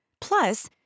Plus